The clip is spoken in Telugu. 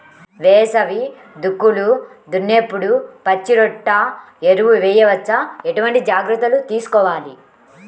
వేసవి దుక్కులు దున్నేప్పుడు పచ్చిరొట్ట ఎరువు వేయవచ్చా? ఎటువంటి జాగ్రత్తలు తీసుకోవాలి?